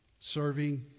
serving